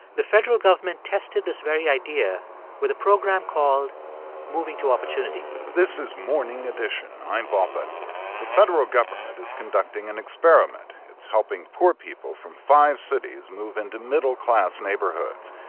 the federal government tested this very idea with a program called moving to opportunity this is morning edition. i'm bob edwards. the federal government is conducting an experiment. it's helping poor people from five cities move into middle-class neighborhoods.